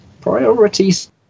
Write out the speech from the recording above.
priorities